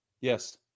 Yes